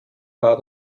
bad